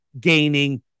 gaining